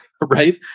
right